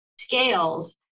scales